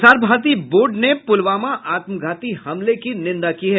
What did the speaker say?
प्रसार भारती बोर्ड ने पुलवामा आत्मघाती हमले की निंदा की है